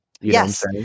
yes